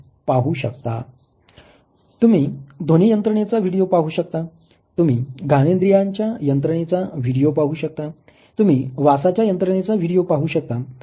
तुम्ही ध्वनी यंत्रणेचा व्हिडिओ पाहू शकता तुम्ही घानेन्द्रीयांच्या यंत्रणेचा व्हिडीओ पाहू शकता तुम्ही वासाच्या यंत्रणेचा व्हिडीओ पाहू शकता